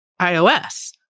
iOS